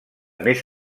més